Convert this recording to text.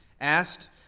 asked